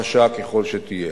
קשה ככל שתהיה.